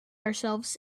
ourselves